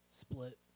split